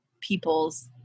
people's